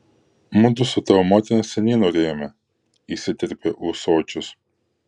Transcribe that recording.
mudu su tavo motina seniai norėjome įsiterpia ūsočius